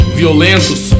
violentos